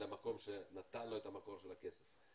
למקור שנתן לו את המקור של הכסף,